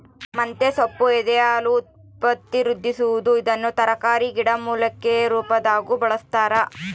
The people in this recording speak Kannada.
ಮಂತೆಸೊಪ್ಪು ಎದೆಹಾಲು ಉತ್ಪತ್ತಿವೃದ್ಧಿಸುವದು ಇದನ್ನು ತರಕಾರಿ ಗಿಡಮೂಲಿಕೆ ರುಪಾದಾಗೂ ಬಳಸ್ತಾರ